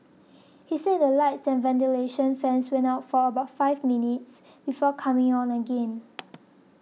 he said the lights and ventilation fans went out for about five minutes before coming on again